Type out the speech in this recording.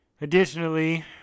additionally